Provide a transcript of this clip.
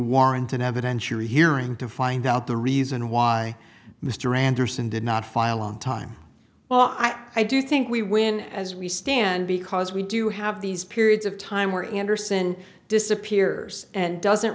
warrant an evidentiary hearing to find out the reason why mr anderson did not file on time well i do think we win as we stand because we do have these periods of time where andersen disappears and doesn't